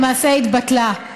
למעשה התבטלה.